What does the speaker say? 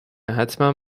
حتمن